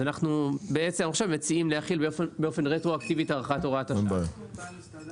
אנחנו מבקשים את אישורכם להארכת הוראת השעה של תקנות הטלגרף